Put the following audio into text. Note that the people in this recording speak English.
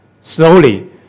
slowly